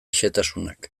xehetasunak